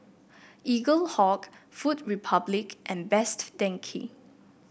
Eaglehawk Food Republic and Best Denki